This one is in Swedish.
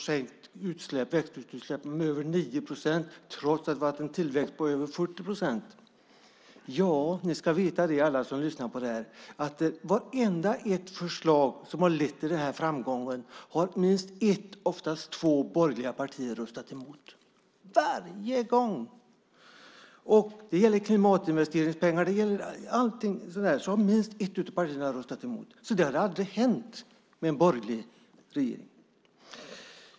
Växthusutsläppen har sänkts med över 9 procent trots en tillväxt på över 40 procent. Alla som lyssnar på detta ska veta att för varje förslag som har lett till denna framgång har minst ett - oftast två - borgerligt parti röstat emot. Det gäller klimatinvesteringspengar och så vidare. Minst ett parti har röstat emot. Det hade aldrig hänt med en borgerlig regering.